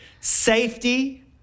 safety